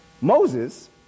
Moses